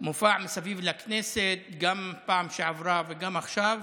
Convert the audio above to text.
המופע מסביב לכנסת, גם בפעם שעברה וגם עכשיו.